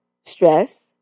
stress